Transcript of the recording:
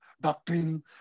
Doctrine